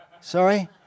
Sorry